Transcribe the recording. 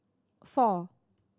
four